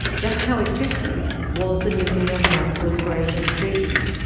just how effective was the nuclear non-proliferation treaty?